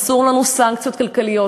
אסור לנו להטיל סנקציות כלכליות,